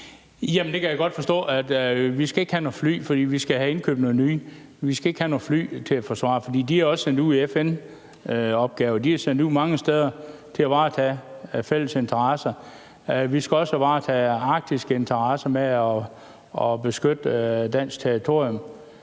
det kan jeg godt forstå, altså at vi ikke skal have nogen fly, for vi skal have indkøbt nogle nye – vi skal ikke have nogen fly til forsvar. Men de er også sendt ud til FN-opgaver. De er sendt ud mange steder til at varetage fælles interesser. Vi skal også varetage arktiske interesser med hensyn til at beskytte dansk territorium.